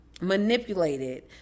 manipulated